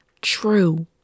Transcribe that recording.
true